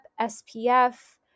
SPF